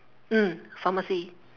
mm pharmacy